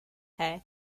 hey